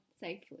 safely